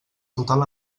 total